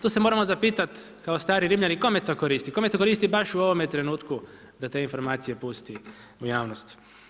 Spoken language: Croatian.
To se moramo zapitati kao stari Rimljani, kome to koristi, kome to koristi baš u ovome trenutku da te informacije pusti u javnost?